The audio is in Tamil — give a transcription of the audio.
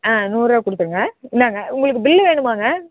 ஆ நூறுரூபா கொடுத்துடுங்க இந்தாங்க உங்களுக்கு பில் வேணுமாங்க